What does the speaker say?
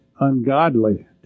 ungodly